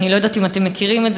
אני לא יודעת אם אתם מכירים את זה,